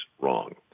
wrong